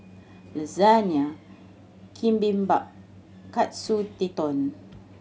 Lasagne Bibimbap Katsu Tendon